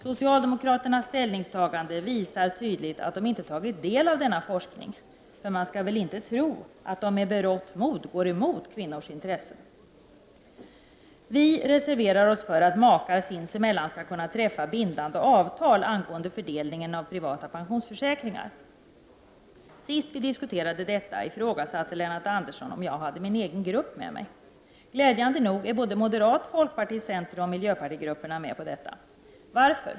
Socialdemokraternas ställningstagande visar tydligt att de inte tagit del av denna forskning — för man skall väl inte tro att de med berått mod går emot kvinnors intressen? Vi reserverar oss för att makar sinsemellan skall kunna träffa bindande avtal angående fördelningen av privata pensionsförsäkringar. Sist vi diskuterade detta ifrågasatte Lennart Andersson om jag hade min egen grupp med mig. Glädjande nog är både moderat-, folkparti-, centeroch miljöpartigrupperna med på detta. Varför?